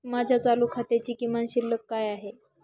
माझ्या चालू खात्याची किमान शिल्लक काय आहे?